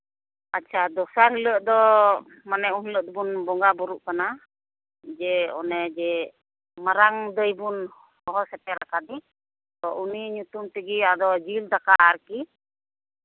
ᱟᱪᱪᱷᱟ ᱫᱚᱥᱟᱨ ᱦᱤᱞᱚᱜ ᱫᱚ ᱢᱟᱱᱮ ᱩᱱᱦᱤᱞᱚᱜ ᱫᱚᱵᱚᱱ ᱵᱚᱸᱜᱟᱼᱵᱩᱨᱩᱜ ᱠᱟᱱᱟ ᱡᱮ ᱚᱱᱮᱡᱮ ᱢᱟᱨᱟᱝ ᱫᱟᱹᱭ ᱵᱚᱱ ᱦᱚᱦᱚ ᱥᱮᱴᱮᱨ ᱠᱟᱫᱮ ᱟᱫᱚ ᱩᱱᱤ ᱧᱩᱛᱩᱢ ᱛᱮᱜᱮ ᱟᱫᱚ ᱡᱤᱞ ᱫᱟᱠᱟ ᱟᱨᱠᱤ